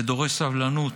זה דורש סבלנות,